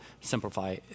simplify